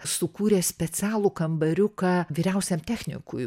sukūrė specialų kambariuką vyriausiam technikui